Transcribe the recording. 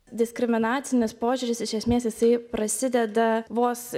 diskriminacinis požiūris iš esmės jisai prasideda vos